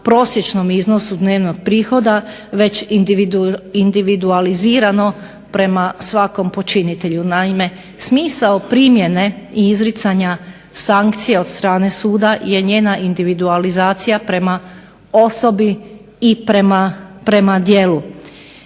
prosječnom iznosu dnevnog prihoda već individualizirano prema svakom počinitelju. Naime, smisao primjene i izricanja kazne od strane suda je njena individualizacija prema osobi i prema djelu,